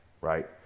right